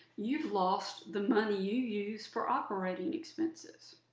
you've lost the money you use for operating expenses.